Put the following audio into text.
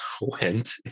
went